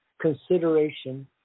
consideration